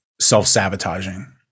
self-sabotaging